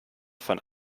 von